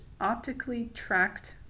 optically-tracked